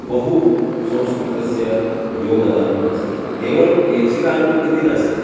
बहु संस्कृतस्य योगदानम् अस्ति केवलं यक्षगानम् इति नास्ति